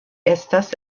estas